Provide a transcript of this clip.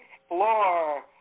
explore